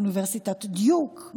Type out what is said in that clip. מאוניברסיטת דיוק,